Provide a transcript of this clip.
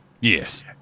Yes